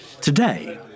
Today